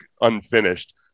unfinished